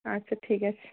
আচ্ছা ঠিক আছে